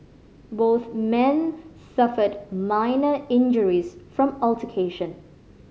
both men suffered minor injuries from altercation